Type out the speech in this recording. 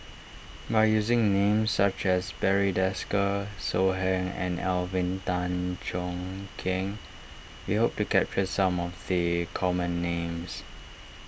by using names such as Barry Desker So Heng and Alvin Tan Cheong Kheng we hope to capture some of the common names